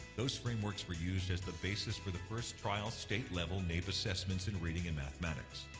those frameworks were used as the basis for the first trial state-level naep assessments in reading and mathematics.